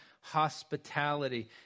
hospitality